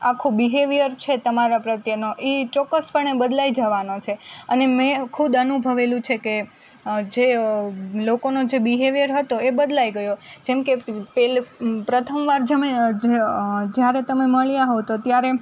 આખો બિહેવીયર છે તમારા પ્રત્યેનો એ ચોક્કસ પણે બદલાઈ જવાનો છે અને મેં ખુદ અનુભવેલું છે કે જે લોકોનો જે બિહેવીયર હતો એ બદલાઈ ગયો જેમકે પ્રથમવાર જે જ્યારે તમે મળ્યા હો તો ત્યારે